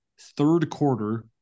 third-quarter